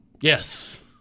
yes